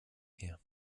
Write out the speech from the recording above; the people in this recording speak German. her